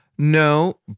No